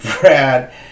Brad